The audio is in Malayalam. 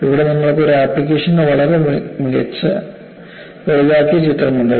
ഇവിടെ നിങ്ങൾക്ക് ഒരു ആപ്ലിക്കേഷന്റെ വളരെ മികച്ച വലുതാക്കിയ ചിത്രം ഉണ്ട്